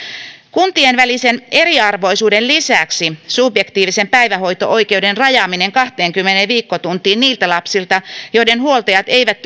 kuntien välisen eriarvoisuuden lisäksi subjektiivisen päivähoito oikeuden rajaaminen kahteenkymmeneen viikkotuntiin niiltä lapsilta joiden huoltajat eivät